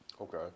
Okay